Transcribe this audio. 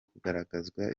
kugaragazwa